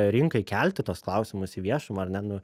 rinkai kelti tuos klausimus į viešumą ar ne nu